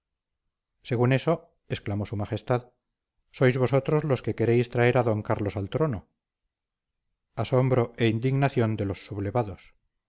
según eso exclamó su majestad sois vosotros lo que queréis traer a don carlos al trono asombro e indignación de los sublevados sí vosotros pues por